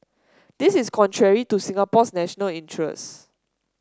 this is contrary to Singapore's national interest